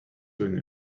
doing